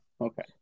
okay